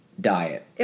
diet